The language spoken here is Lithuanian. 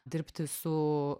dirbti su